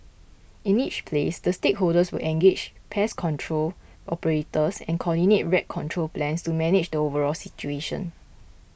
in each place the stakeholders will engage pest control operators and coordinate rat control plans to manage the overall situation